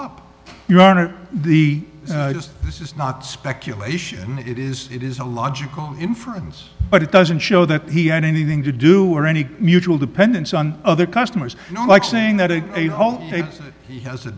up your own or the just this is not speculation it is it is a logical inference but it doesn't show that he had anything to do or any mutual dependence on other customers not like saying that a he has a